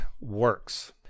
works